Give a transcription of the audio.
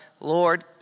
Lord